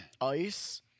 Ice